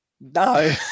no